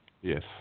Yes